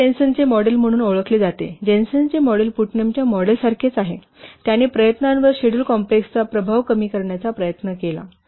हे जेन्सेनचे मॉडेल म्हणून ओळखले जाते जेनसेनचे मॉडेल पुटनमच्या मॉडेलसारखेच आहे त्याने प्रयत्नांवर शेड्युल कॉम्प्रेसचा प्रभाव कमी करण्याचा प्रयत्न केला